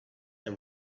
and